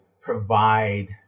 provide